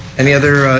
any other